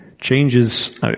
Changes